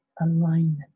alignment